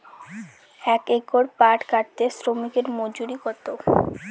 এক একর পাট কাটতে শ্রমিকের মজুরি কত?